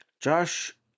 Josh